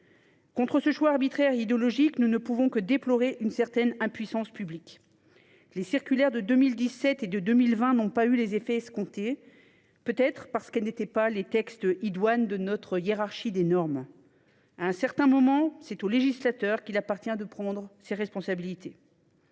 Contre ce choix arbitraire et idéologique, nous ne pouvons que déplorer une certaine impuissance publique. Les circulaires de 2017 et de 2021 n’ont pas eu les effets escomptés, peut être parce qu’elles n’étaient pas les textes idoines au regard de notre hiérarchie des normes. À un certain moment, c’est au législateur qu’il appartient de prendre ses responsabilités.